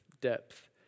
depth